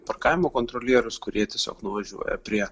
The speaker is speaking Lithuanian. parkavimo kontrolierius kurie tiesiog nuvažiuoja prie